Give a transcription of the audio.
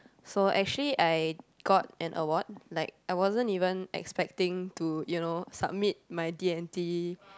so actually I got an award like I wasn't even expecting to you know submit my D and T